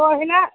পৰহিনা